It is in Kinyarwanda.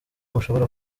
mushobora